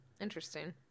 Interesting